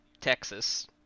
Texas